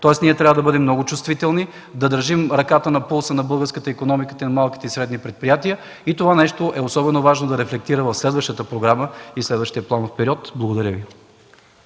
ние трябва да бъдем много чувствителни, да държим ръката на пулса на българската икономика и на малките и средни предприятия. Особено важно е това нещо да рефлектира в следващата програма и следващия планов период. Благодаря Ви.